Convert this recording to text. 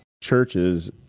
Churches